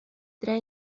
tres